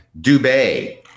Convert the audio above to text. Dubay